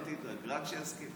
אל תדאג, רק שיסכים.